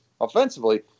offensively